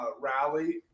rally